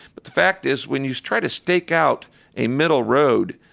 but the fact is when you try to stake out a middle road,